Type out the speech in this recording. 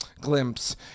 glimpse